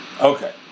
Okay